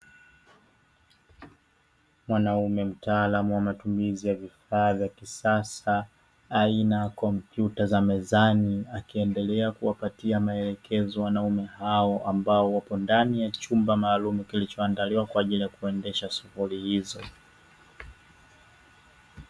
Mwanaume mtaalamu wa matumizi ya vifaa vya kisasa aina ya kompyuta za mezani, akiendelea kuwapatia maelekezo wanaume hao wapo ndani ya chumba maalumu kilichoandaliwa kwa ajili ya kuendesha shughuli hizo.